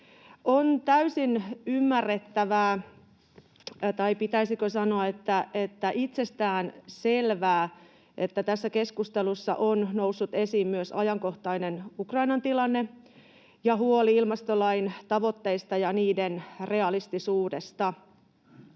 On täysin ymmärrettävää — tai pitäisikö sanoa, että itsestään selvää — että tässä keskustelussa on noussut esiin myös ajankohtainen Ukrainan tilanne ja huoli ilmastolain tavoitteista ja niiden realistisuudesta.